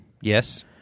Yes